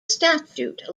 statute